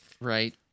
Right